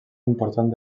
important